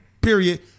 period